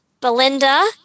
Belinda